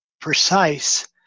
precise